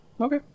okay